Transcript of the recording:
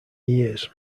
years